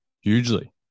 Hugely